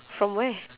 from where